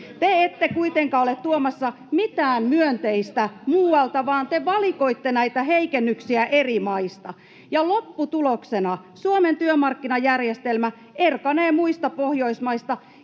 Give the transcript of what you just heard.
Te ette kuitenkaan ole tuomassa mitään myönteistä muualta, vaan te valikoitte näitä heikennyksiä eri maista. Ja lopputuloksena Suomen työmarkkinajärjestelmä erkanee muista Pohjoismaista